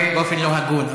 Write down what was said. באופן לא הגון,